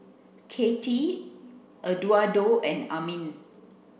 Kattie Eduardo and Amin